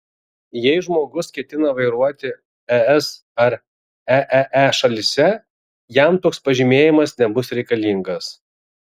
jei žmogus ketina vairuoti es ar eee šalyse jam toks pažymėjimas nebus reikalingas